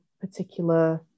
particular